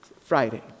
Friday